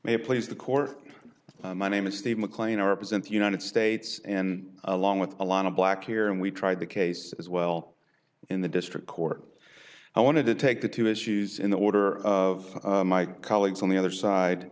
it please the court my name is steve maclean our present the united states and along with a lot of black here and we tried the case as well in the district court i wanted to take the two issues in the order of my colleagues on the other side